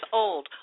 old